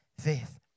faith